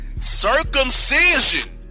circumcision